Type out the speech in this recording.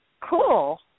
cool